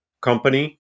company